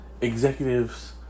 executives